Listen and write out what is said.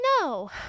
no